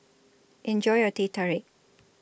Enjoy your Teh Tarik